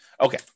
Okay